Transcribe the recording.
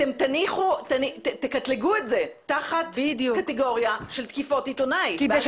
אתם תקטלגו את זה תחת קטגוריה של תקיפות עיתונאי ואז